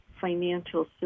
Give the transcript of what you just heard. financial